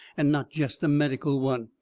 and not jest a medical one,